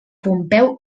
pompeu